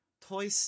Tois